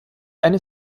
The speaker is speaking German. eine